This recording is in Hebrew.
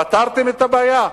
פתרתם את הבעיה?